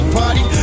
party